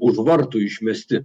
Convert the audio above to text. užvartų išmesti